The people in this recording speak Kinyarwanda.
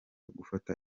gufata